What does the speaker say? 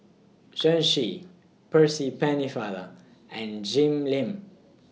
Chen Shiji Percy Pennefather and Jim Lim